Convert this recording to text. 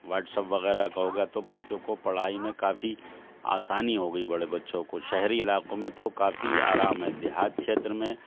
WhatsApp وغیرہ کا ہو گیا تو بچوں پڑھائی میں کافی آسانی ہو گئی بڑے بچوں کو شہری علاقوں میں تو کافی آرام ہے دیہات چھیتر میں